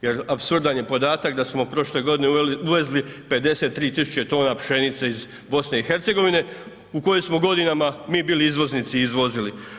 Jer apsurdan je podatak da smo prošle godine uvezli 53 tisuće tona pšenice iz BiH u kojoj smo godinama mi bili izvoznici i izvozili.